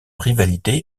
rivalité